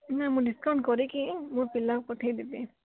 ନା ମୁଁ ଡ଼ିସ୍କାଉଣ୍ଟ୍ କରିକି ମୋ ପିଲାକୁ ପଠେଇ ଦେବି